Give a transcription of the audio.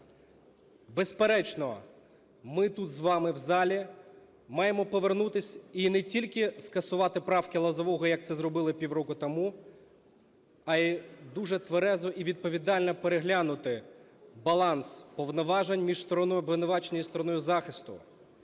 Безперечно, ми тут з вами в залі маємо повернутись і скасувати правки Лозового, як це зробили півроку тому, а і дуже тверезо і відповідально переглянути баланс повноважень між стороною обвинувачення і стороною захисту,